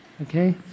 okay